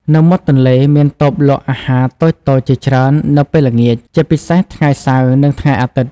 នៅមាត់ទន្លេមានតូបលក់អាហារតូចៗជាច្រើននៅពេលល្ងាច ជាពិសេសថ្ងៃសៅរ៍ នឹងថ្ងៃអាទិត្យ ។